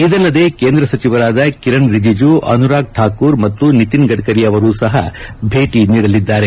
ಇದಲ್ಲದೆ ಕೇಂದ್ರ ಸಚಿವರಾದ ಕಿರಣ್ ರಿಜಿಜು ಅನುರಾಗ್ ಠಾಕೂರ್ ಮತ್ತು ನಿತಿನ್ ಗಡ್ಡರಿ ಅವರೂ ಸಹ ಭೇಟ ನೀಡಲಿದ್ದಾರೆ